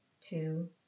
two